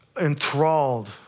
enthralled